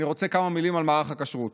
אני רוצה כמה מילים על מערך הכשרות.